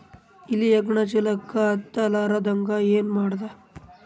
ಇಲಿ ಹೆಗ್ಗಣ ಚೀಲಕ್ಕ ಹತ್ತ ಲಾರದಂಗ ಏನ ಮಾಡದ?